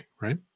right